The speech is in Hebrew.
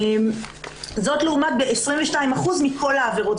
זאת לעומת ב-22% מכל העבירות.